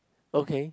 okay